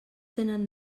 tenen